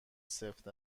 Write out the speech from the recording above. سفت